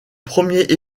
premier